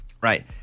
Right